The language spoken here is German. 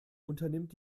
unternimmt